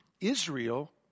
Israel